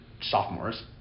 sophomores